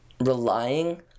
relying